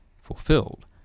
fulfilled